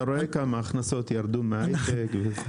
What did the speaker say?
אתה רואה כמה הכנסות ירדו מהיי-טק.